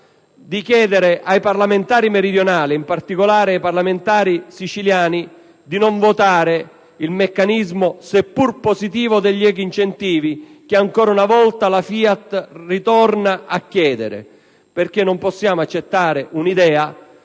di chiedere ai parlamentari meridionali, in particolare siciliani, di non votare il meccanismo, seppur positivo, degli ecoincentivi che ancora una volta la FIAT torna a chiedere. Non possiamo infatti accettare un'idea,